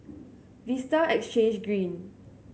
Vista Exhange Green